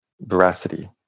veracity